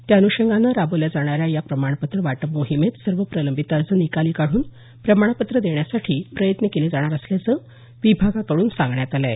त्या अनुषंगानं राबवल्या जाणाऱ्या या प्रमाणपत्र वाटप मोहिमेत सर्व प्रलंबित अर्ज निकाली काढून प्रमाणपत्र देण्यासाठी प्रयत्न केले जाणार असल्याचं विभागाकड्रन सांगण्यात आलं आहे